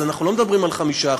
אז אנחנו לא מדברים על 5%,